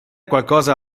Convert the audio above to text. qualcosa